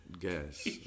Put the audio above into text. guess